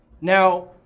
Now